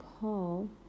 Paul